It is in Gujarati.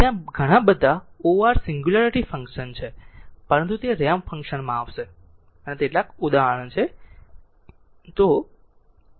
ત્યાં ઘણા o r સિંગલ્યુરિટી ફંક્શન છે પરંતુ તે રેમ્પ ફંક્શન માં આવશે તેના કેટલાક ઉદાહરણ છે